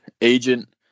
agent